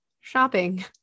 shopping